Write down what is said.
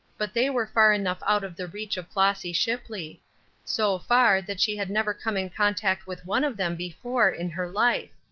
but they were far enough out of the reach of flossy shipley so far that she had never come in contact with one of them before in her life.